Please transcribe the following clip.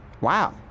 Wow